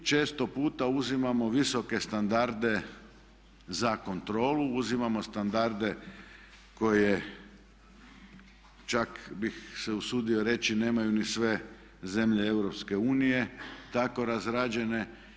Mi često puta uzimamo visoke standarde za kontrolu, uzimamo standarde koje čak bih se usudio reći nemaju ni sve zemlje EU tako razrađene.